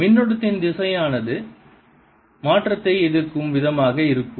மின்னோட்டத்தின் திசையானது மாற்றத்தை எதிர்க்கும் விதமாக இருக்கும்